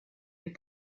les